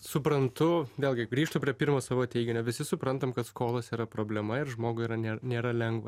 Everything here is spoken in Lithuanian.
suprantu vėlgi grįžtu prie pirmo savo teiginio visi suprantam kad skolos yra problema ir žmogui yra nėra lengva